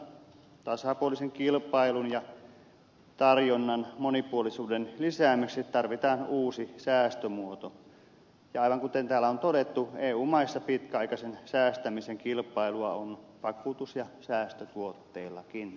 toisaalta tasapuolisen kilpailun ja tarjonnan monipuolisuuden lisäämiseksi tarvitaan uusi säästömuoto ja aivan kuten täällä on todettu eu maissa pitkäaikaisen säästämisen kilpailua on vakuutus ja säästötuotteillakin